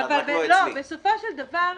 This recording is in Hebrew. לא, אבל בסופו של דבר,